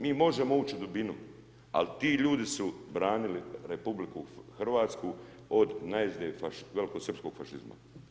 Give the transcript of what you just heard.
Mi možemo ući u dubinu, al ti ljudi su branili RH od najezde velikosrpskog fašizma.